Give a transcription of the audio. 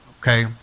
okay